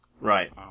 Right